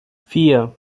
vier